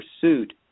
pursuit